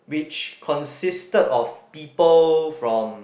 which consisted of people from